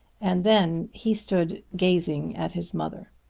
and then he stood gazing at his mother.